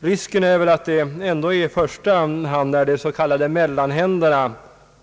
Risken är att det i första hand är de s.k. mellanhänderna,